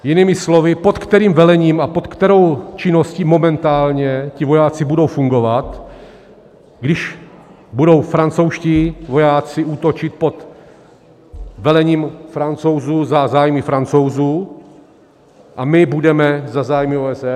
Jinými slovy, pod kterým velením a pod kterou činností momentálně ti vojáci budou fungovat, když budou francouzští vojáci útočit pod velením Francouzů za zájmy Francouzů a my budeme za zájmy OSN.